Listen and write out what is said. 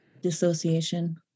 dissociation